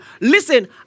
listen